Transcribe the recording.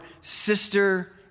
sister